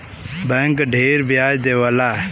bank ढेर ब्याज देवला